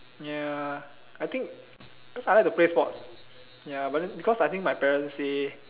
ya I think cause I like to play sports ya but then because I think my parents say